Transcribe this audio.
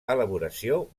elaboració